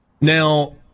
Now